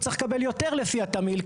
הוא צריך לקבל יותר לפי התמהיל,